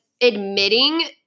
admitting